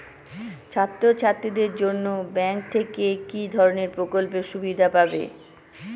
ছাত্রছাত্রীদের জন্য ব্যাঙ্ক থেকে কি ধরণের প্রকল্পের সুবিধে পাবো?